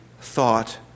thought